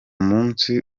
munsi